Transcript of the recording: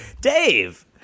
Dave